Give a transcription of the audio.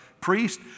priest